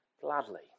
gladly